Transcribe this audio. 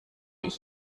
ich